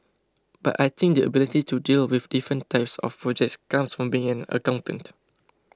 but I think the ability to deal with different types of projects comes from being an accountant